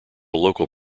local